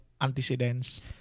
antecedents